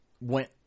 went